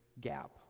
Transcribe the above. gap